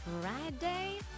Friday